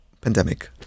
pandemic